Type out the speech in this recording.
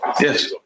Yes